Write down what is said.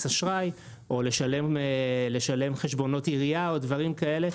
אשראי או לשלם חשבונות עירייה או דברים כאלה,